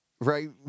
Right